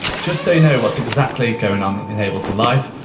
just so you know what's exactly going on in ableton live,